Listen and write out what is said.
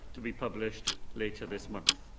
to be published later this month.